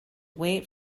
wait